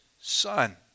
son